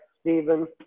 Stephen